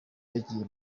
yagiye